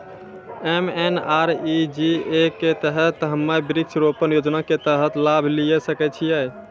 MNREGA के तहत हम्मय वृक्ष रोपण योजना के तहत लाभ लिये सकय छियै?